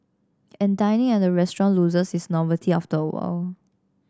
and dining at a restaurant loses its novelty after a while